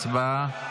הצבעה.